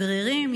שגרירים,